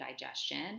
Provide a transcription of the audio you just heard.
digestion